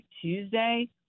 Tuesday